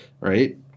right